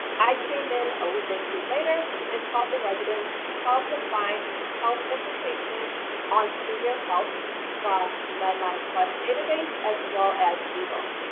i came in a week or two later and taught the residents how to find information on senior health from medlineplus database as well as google.